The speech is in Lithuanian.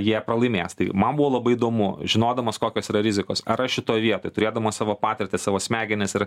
jie pralaimės tai man buvo labai įdomu žinodamas kokios yra rizikos ar šitoj vietoj turėdamas savo patirtį savo smegenis ir